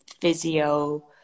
physio